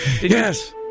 Yes